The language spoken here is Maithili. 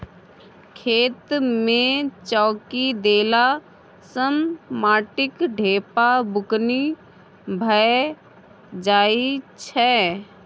खेत मे चौकी देला सँ माटिक ढेपा बुकनी भए जाइ छै